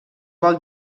vol